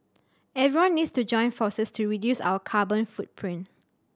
everyone needs to join forces to reduce our carbon footprint